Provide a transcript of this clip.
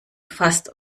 fasst